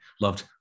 loved